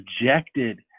rejected